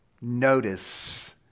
notice